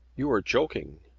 you are joking.